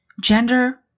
Gender